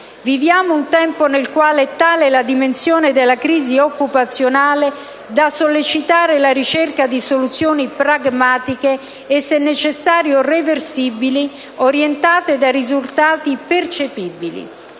Viviamo un tempo nel quale la dimensione della crisi occupazionale è tale da sollecitare la ricerca di soluzioni pragmatiche e se necessario reversibili, orientate da risultati percepibili.